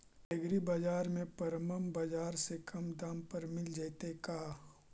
एग्रीबाजार में परमप बाजार से कम दाम पर मिल जैतै का?